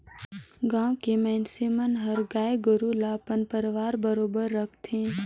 गाँव के मइनसे मन हर गाय गोरु ल अपन परवार बरोबर राखथे